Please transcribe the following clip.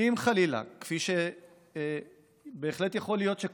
אם חלילה, כפי שבהחלט יכול להיות שקרה,